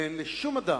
ואין לשום אדם,